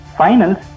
finals